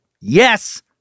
Yes